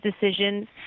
decisions